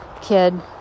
kid